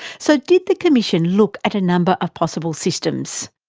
so did the commission look at a number of possible systems?